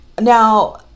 Now